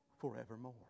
forevermore